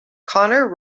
connor